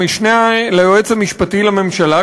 המשנה ליועץ המשפטי לממשלה,